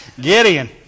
Gideon